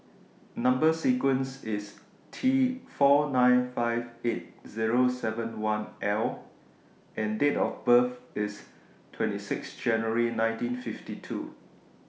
Number sequence IS T four nine five eight Zero seven one L and Date of birth IS twenty six January nineteen fifty two